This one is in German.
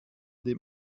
dem